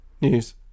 News